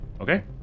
Okay